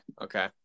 Okay